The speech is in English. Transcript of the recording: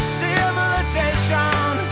civilization